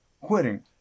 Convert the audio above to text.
quitting